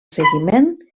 seguiment